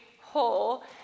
whole